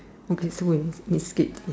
okay so we skip this